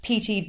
PT